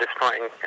disappointing